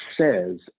says